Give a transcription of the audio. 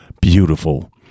beautiful